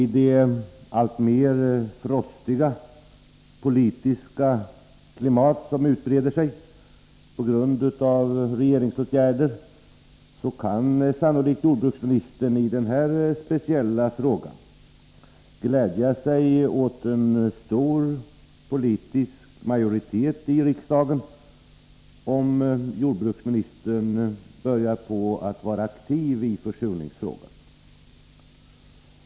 I det alltmera frostiga politiska klimat som utbreder sig på grund av en del regeringsåtgärder kan jordbruksministern sannolikt i den här speciella frågan glädja sig åt en stor politisk majoritet i riksdagen, om jordbruksministern börjar vara aktiv i försurningsfrågan.